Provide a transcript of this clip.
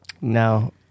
No